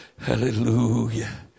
Hallelujah